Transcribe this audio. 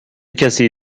کسی